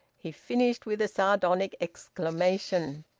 he finished with a sardonic exclamation.